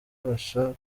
bafashwa